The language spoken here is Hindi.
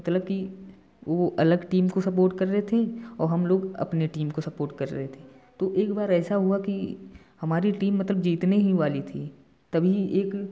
मतलब कि वो अलग टीम को सपोर्ट कर रहे थे और हम लोग अपनी टीम को सपोर्ट कर रहे थे तो एक बार ऐसा हुआ की हमारी टीम मतलब जीतने ही वाली थी तभी एक